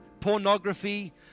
pornography